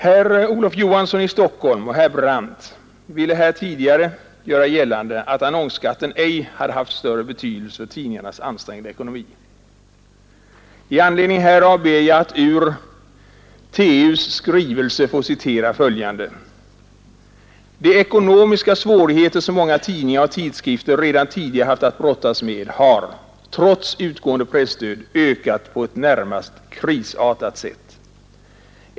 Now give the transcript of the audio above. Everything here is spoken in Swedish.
Herr Olof Johansson i Stockholm och herr Brandt ville här tidigare göra gällande att annonsskatten ej hade haft någon större betydelse för tidningarnas ansträngda ekonomi. Med anledning härav ber jag att ur TU ss skrivelse få citera följande: ”De ekonomiska svårigheter som många tidningar och tidskrifter redan tidigare haft att brottas med har, trots utgående presstöd, ökat på ett närmast krisartat sätt.